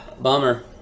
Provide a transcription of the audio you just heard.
Bummer